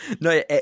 No